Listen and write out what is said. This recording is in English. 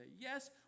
Yes